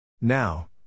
Now